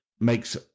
makes